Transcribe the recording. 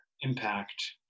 impact